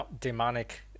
demonic